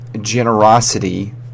generosity